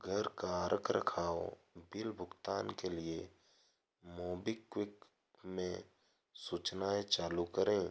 घर का रख रखाव बिल भुगतान के लिए मोबीक्विक में सूचनाएँ चालू करें